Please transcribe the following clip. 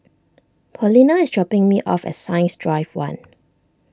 Paulina is dropping me off at Science Drive one